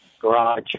garage